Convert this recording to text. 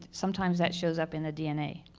sometimes, that shows up in the dna.